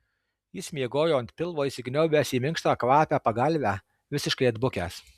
jis miegojo ant pilvo įsikniaubęs į minkštą kvapią pagalvę visiškai atbukęs